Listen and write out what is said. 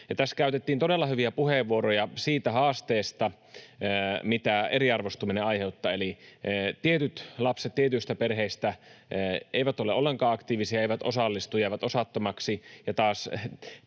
Tässä käytettiin todella hyviä puheenvuoroja siitä haasteesta, mitä eriarvoistuminen aiheuttaa. Eli tietyt lapset tietyistä perheistä eivät ole ollenkaan aktiivisia, eivät osallistu ja jäävät osattomiksi,